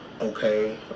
Okay